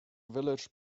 village